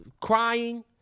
crying